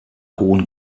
hohen